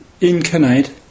incarnate